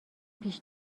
پیش